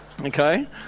Okay